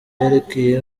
yerekeye